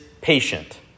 patient